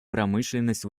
промышленность